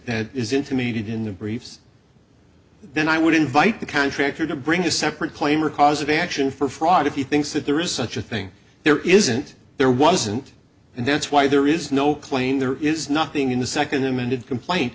that is intimated in the briefs then i would invite the contractor to bring a separate claim or cause of action for fraud if he thinks that there is such a thing there isn't there wasn't and that's why there is no claim there is nothing in the second amended complain